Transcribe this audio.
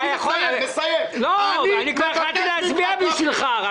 אני כבר החלטתי להצביע בשבילך,